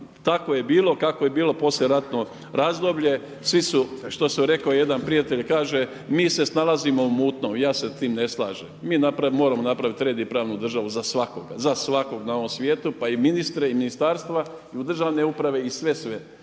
tako je bilo kako je bilo, poslijeratno razdoblje. Svi su što je rekao jedan prijatelj, kaže: „Mi se snalazimo u mutnom.“ Ja se s time ne slažem. Mi moramo napraviti red i pravnu državu za svakoga, za svakog na ovom svijetu, pa i ministre i Ministarstva, i u državne uprave i sve sve.